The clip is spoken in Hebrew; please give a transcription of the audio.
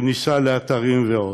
כניסה לאתרים ועוד.